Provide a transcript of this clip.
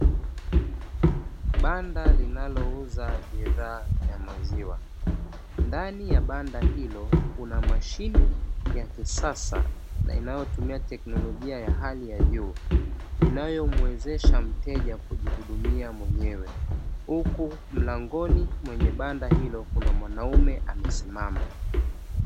Banda linalouza bidhaa ya maziwa, ndani ya banda ya banda hilo kuna mashine ya kisasa na inayotumia teknolojia ya hali ya juu, inayomuwezesha mteja kujihudumia mwenyewe huku mlangoni kwenye banda hilo kuna mwanaume amesimama.